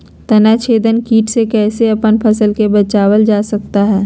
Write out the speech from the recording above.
तनाछेदक किट से कैसे अपन फसल के बचाया जा सकता हैं?